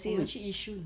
我们去 yishun